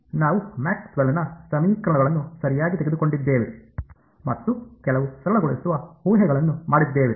ನಾವು ಮ್ಯಾಕ್ಸ್ವೆಲ್ನ ಸಮೀಕರಣಗಳನ್ನು ಸರಿಯಾಗಿ ತೆಗೆದುಕೊಂಡಿದ್ದೇವೆ ಮತ್ತು ಕೆಲವು ಸರಳಗೊಳಿಸುವ ಊಹೆಗಳನ್ನು ಮಾಡಿದ್ದೇವೆ